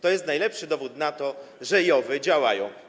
To jest najlepszy dowód na to, że JOW-y działają.